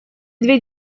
две